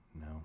No